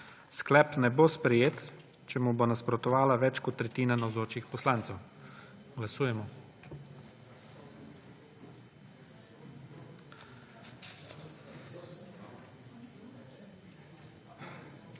Sklep ne bo sprejet, če mu bo nasprotovala več kot tretjina navzočih poslancev. Glasujemo.